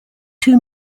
two